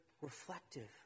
reflective